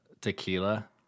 tequila